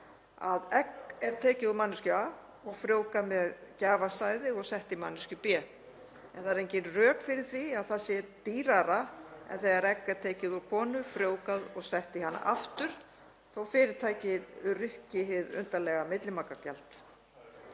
að egg er tekið úr manneskju A og frjóvgað með gjafasæði og sett í manneskju B. Það eru engin rök fyrir því að það sé dýrara en þegar egg er tekið úr konu, frjóvgað og sett í hana aftur, að fyrirtækið rukki hið undarlega millimakagjald.